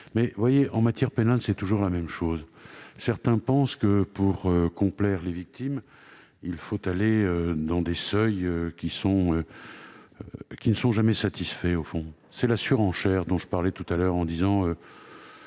pas rien ! En matière pénale, c'est toujours la même chose : certains pensent que pour complaire aux victimes, il faut prévoir des seuils qui ne sont jamais satisfaits. C'est, au fond, la surenchère dont je parlais tout à l'heure en disant